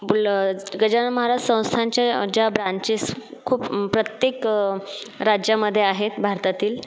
boule Gajanan Maharaj संस्थानचे ज्या branches खूप प्रत्येक राज्यामध्ये आहेत भारतातील